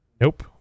Nope